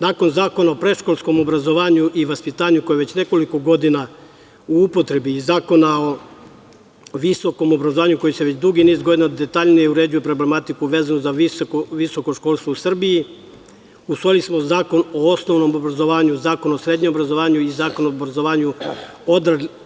Nakon Zakona o predškolskom obrazovanju i vaspitanju, koji je već nekoliko godina u upotrebi i Zakona o visokom obrazovanju, koji već dugi niz godina detaljnije uređuje problematiku vezanu za visoko školstvo u Srbiji, usvojili smo Zakon o osnovnom obrazovanju, Zakon o srednjem obrazovanju i Zakon o obrazovanju